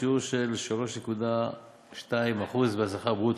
בשיעור של 3.2% מהשכר ברוטו.